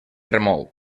remou